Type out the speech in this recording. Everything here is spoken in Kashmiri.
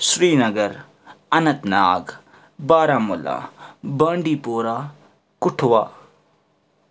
Srinagar Anantnag Baramulla Bandipora Kathua